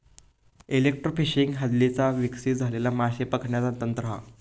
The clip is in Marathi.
एलेक्ट्रोफिशिंग हल्लीच विकसित झालेला माशे पकडण्याचा तंत्र हा